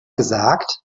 gesagt